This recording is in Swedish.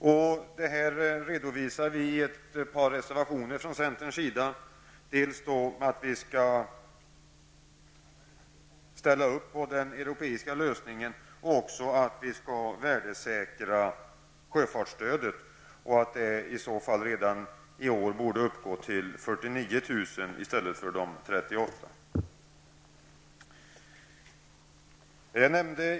I ett par centerreservationer skriver vi om att Sverige dels bör ställa upp på den europeiska lösningen, dels värdesäkra sjöfartsstödet. I år borde detta gå upp till 49 000 kr. i stället för 38 000 kr.